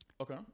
Okay